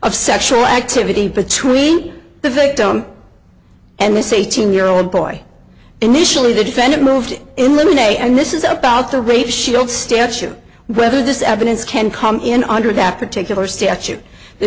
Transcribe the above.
of sexual activity between the victim and this eighteen year old boy initially the defendant moved in linae and this is about the rape shield statute whether this evidence can come in under that particular statute the